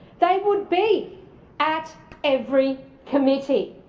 they would be at every committee.